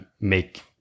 make